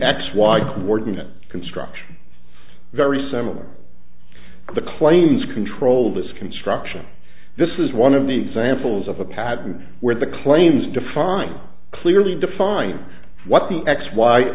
x y coordinates construction very similar to the claims control of this construction this is one of the examples of a pattern where the claims defined clearly define what the x y